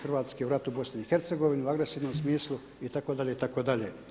Hrvatske u ratu u BIH u agresivnom smislu itd. itd.